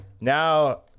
now